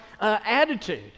attitude